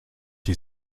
die